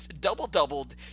Double-doubled